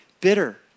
bitter